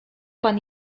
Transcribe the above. pan